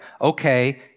okay